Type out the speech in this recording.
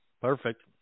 Perfect